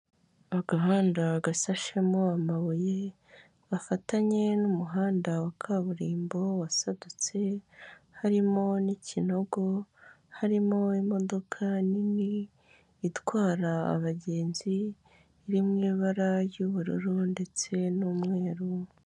Agahanda gasashemo amabuye, gafatanye n'umuhanda wa kaburimbo wasadutse, harimo n'ikinogo, harimo imodoka nini itwara abagenzi, iri mu ibara ry'ubururu ndetse n'umweru.